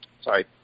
sorry